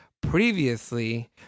previously